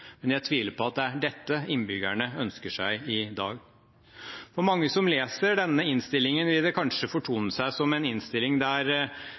Men jeg tviler på at det er dette innbyggerne ønsker seg i dag. For mange som leser denne innstillingen, vil det kanskje fortone seg som en innstilling der